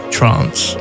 Trance